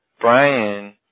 Brian